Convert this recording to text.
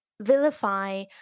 vilify